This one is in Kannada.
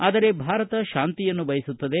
ಆದರೆ ಭಾರತ ಶಾಂತಿಯನ್ನು ಬಯಸುತ್ತದೆ